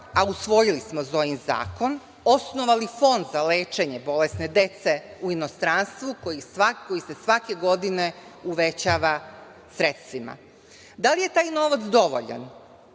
a usvojili smo Zojin zakon, osnovali Fond za lečenje bolesne dece u inostranstvu koji se svake godine uvećava sredstvima. Da li je taj novac dovoljan?